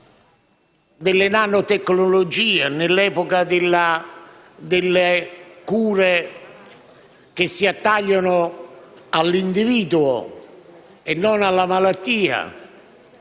delle nanotecnologie, delle cure che si attagliano all'individuo e non alla malattia